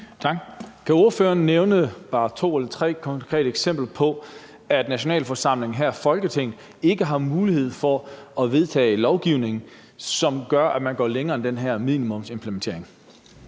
Kan ordføreren nævne bare to eller tre konkrete eksempler på, at en nationalforsamling, her Folketinget, ikke har mulighed for at vedtage lovgivning, som gør, man går længere end den her minimumsimplementering?